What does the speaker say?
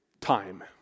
Time